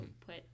put